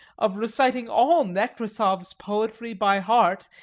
of reciting all nekrasoff's poetry by heart,